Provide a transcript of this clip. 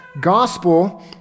gospel